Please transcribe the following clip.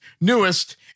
newest